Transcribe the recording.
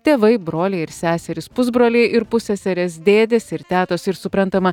tėvai broliai ir seserys pusbroliai ir pusseserės dėdės ir tetos ir suprantama